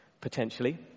potentially